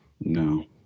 No